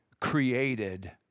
created